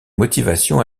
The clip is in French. motivations